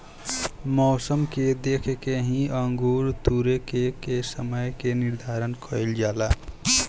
मौसम के देख के ही अंगूर तुरेके के समय के निर्धारित कईल जाला